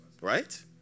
right